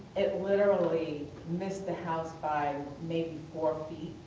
it literally missed the house by maybe four feet.